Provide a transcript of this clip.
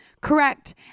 Correct